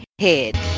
head